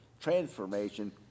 transformation